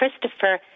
Christopher